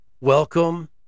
Welcome